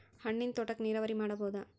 ಹಣ್ಣಿನ್ ತೋಟಕ್ಕ ನೀರಾವರಿ ಮಾಡಬೋದ?